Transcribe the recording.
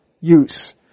use